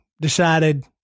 decided